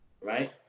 right